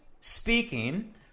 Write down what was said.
speaking